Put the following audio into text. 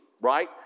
right